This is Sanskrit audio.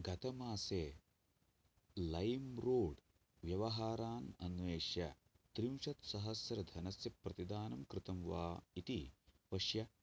गतमासे लैम् रोड् व्यवहारान् अन्वेष्य त्रिंशत्सहस्रधनस्य प्रतिदानं कृतं वा इति पश्य